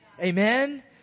Amen